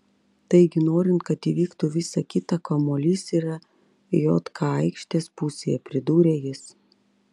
taigi norint kad įvyktų visa kita kamuolys yra jk aikštės pusėje pridūrė jis